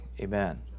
amen